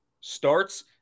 starts